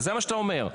זה מה שאתה אומר.